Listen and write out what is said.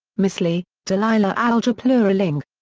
morsly, dalila alger plurilingue.